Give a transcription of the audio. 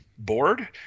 Board